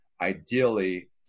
ideally